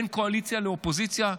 בין קואליציה לאופוזיציה,